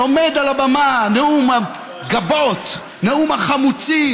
עומד על הבמה, נאום הגבות, נאום החמוצים.